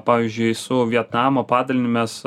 pavyzdžiui su vietnamo padaliniu mes